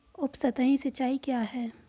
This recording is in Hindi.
उपसतही सिंचाई क्या है?